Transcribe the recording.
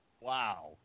Wow